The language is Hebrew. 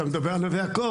אתה מדבר על נווה יעקב.